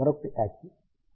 మరొకటి active mixer